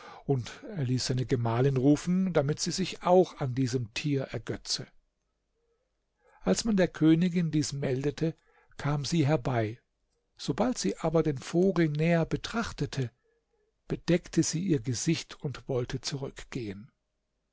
und er ließ seine gemahlin rufen damit sie sich auch an diesem tier ergötze als man der königin dies meldete kam sie herbei sobald sie aber den vogel näher betrachtete bedeckte sie ihr gesicht und wollte zurückgehen